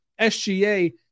SGA